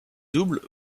double